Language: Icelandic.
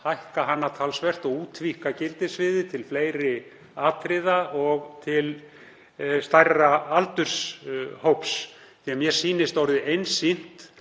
hækka hana talsvert og útvíkka gildissviðið til fleiri atriða og til stærri aldurshóps. Mér sýnist orðið einsýnt